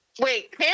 wait